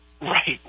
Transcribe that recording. Right